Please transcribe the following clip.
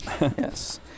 Yes